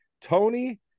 Tony